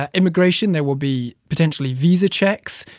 ah immigration there will be potentially visa checks.